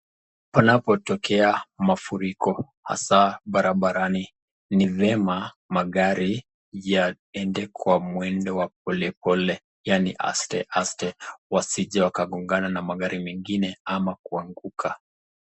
Panapotokea mafuriko hasa barabarani ni vyema magari yaende kwa mwendo wa pole pole yaani aste aste wasije wakagongana na magari mengine ama kuanguka.